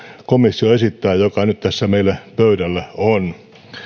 komissio esittää ja joka nyt tässä meillä pöydällä on